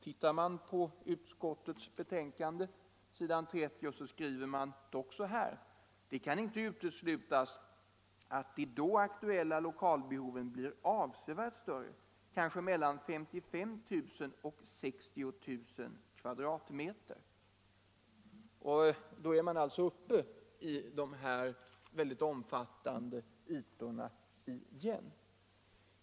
På s. 30 i betänkandet skriver man dock: ”Det kan inte uteslutas att de då aktuella lokalbehoven blir avsevärt större, kanske mellan 55 000 och 60 000 m?” Då är man alltså uppe i mycket stora ytor.